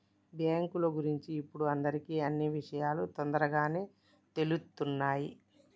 బ్యేంకుల గురించి ఇప్పుడు అందరికీ అన్నీ విషయాలూ తొందరగానే తెలుత్తున్నయ్